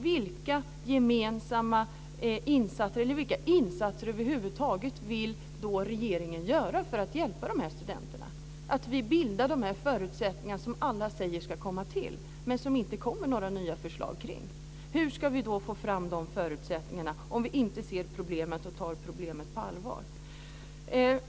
Vilka gemensamma insatser över huvud taget vill regeringen göra för att hjälpa studenterna, så att de förutsättningar vi alla säger ska finnas faktiskt bildas men som det inte har kommit några förslag om? Hur ska vi då få fram de förutsättningarna om vi inte tar problemen på allvar?